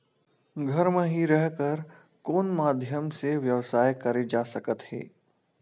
घर म हि रह कर कोन माध्यम से व्यवसाय करे जा सकत हे?